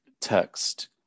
text